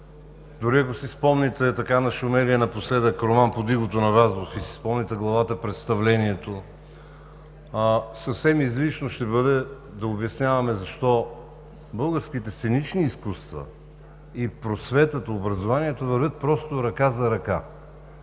дори ако си спомните така нашумелия напоследък роман „Под игото“ на Вазов и си спомните главата „Представлението“, съвсем излишно ще бъде да обясняваме защо българските сценични изкуства, просветата и образованието вървят просто ръка за ръка